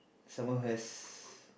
someone who has